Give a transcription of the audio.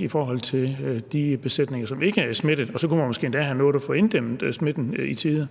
i forhold til de besætninger, som ikke er smittet? Og så kunne man måske endda have nået at få inddæmmet smitten i tide.